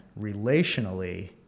relationally